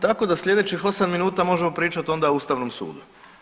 Tako da sljedećih 8 minuta možemo pričati onda o Ustavnom sudu.